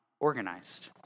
organized